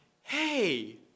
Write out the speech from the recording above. hey